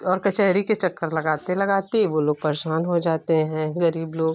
और कचहरी के चक्कर लगाते लगाते वो लोग परेशान हो जाते हैं गरीब लोग